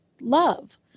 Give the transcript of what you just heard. love